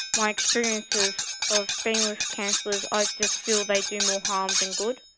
my experiences of being with counsellors, i just feel they do more harm than good.